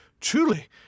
Truly